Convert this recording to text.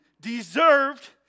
deserved